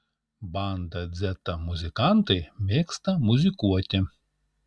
banda dzeta muzikantai mėgsta muzikuoti